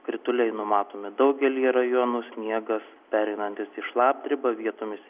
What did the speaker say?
krituliai numatomi daugelyje rajonų sniegas pereinantis į šlapdribą vietomis